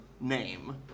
name